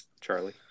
Charlie